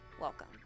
Welcome